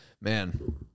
Man